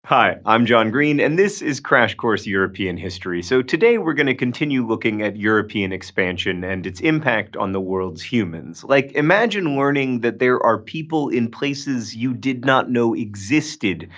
hi i'm john green and this is crash course european history. so today we're going to continue looking at european expansion and its impact on the world's humans. like, imagine learning that there are people in places you did not know existed,